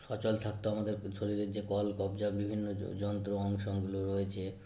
সচল থাকত আমাদের শরীরের যে কলকব্জা বিভিন্ন যন্ত্রাংশগুলো রয়েছে